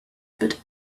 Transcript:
put